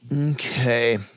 Okay